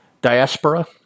Diaspora